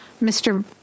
Mr